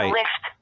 lift